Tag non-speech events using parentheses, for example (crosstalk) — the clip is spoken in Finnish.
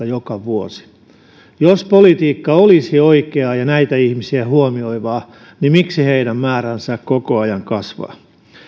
(unintelligible) joka vuosi jos politiikka olisi oikeaa ja näitä ihmisiä huomioivaa niin miksi heidän määränsä koko ajan kasvaa